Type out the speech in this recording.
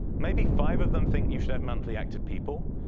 maybe five of them think you should have monthly active people.